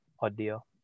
audio